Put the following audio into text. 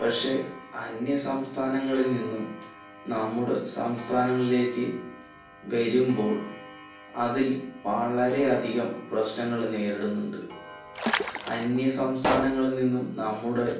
പക്ഷെ അന്യസംസ്ഥാനങ്ങളിൽ നിന്നും നമ്മുടെ സംസ്ഥാനങ്ങളിലേക്ക് വരുമ്പോൾ അതിൽ വളരെ അധികം പ്രശ്നങ്ങൾ നേരിടുന്നുണ്ട് അന്യസംസ്ഥാങ്ങളിൽ നിന്നും നമ്മുടെ